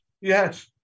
Yes